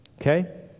Okay